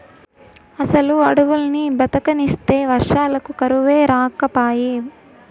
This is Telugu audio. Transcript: అసలు అడవుల్ని బతకనిస్తే వర్షాలకు కరువే రాకపాయే